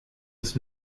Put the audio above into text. was